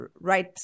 right